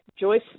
Joyce